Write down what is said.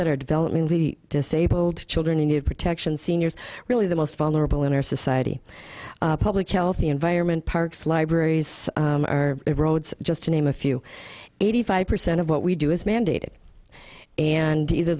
that are developmentally disabled children who need protection seniors really the most vulnerable in our society public health the environment parks libraries our roads just to name a few eighty five percent of what we do is mandated and either